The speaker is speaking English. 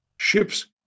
ship's